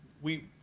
we